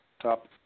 top